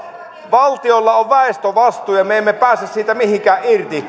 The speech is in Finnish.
valtiolla on väestövastuu ja me emme pääse siitä mihinkään irti